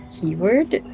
keyword